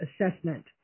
Assessment